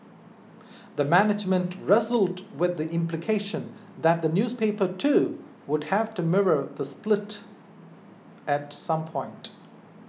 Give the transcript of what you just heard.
the management wrestled with the implication that the newspaper too would have to mirror the split at some point